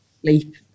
Sleep